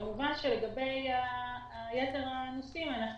גבי יתר הנושאים,